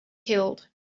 killed